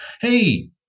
hey